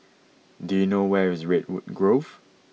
do you know where is Redwood Grove